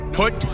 put